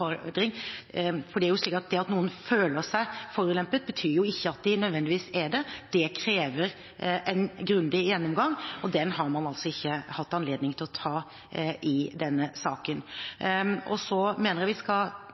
det. Det krever en grundig gjennomgang, og den har man altså ikke hatt anledning til å ta i denne saken. Så mener jeg vi skal